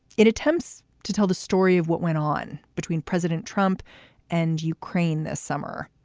it attempts to tell the story of what went on between president trump and ukraine this summer.